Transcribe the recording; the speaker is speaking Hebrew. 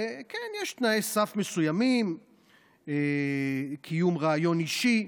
וכן, יש תנאי סף מסוימים קיום ריאיון אישי.